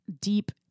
deep